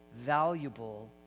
valuable